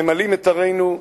ממלאים את ערינו,